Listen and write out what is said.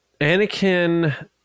anakin